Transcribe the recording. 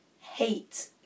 hate